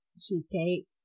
cheesecake